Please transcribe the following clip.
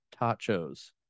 tachos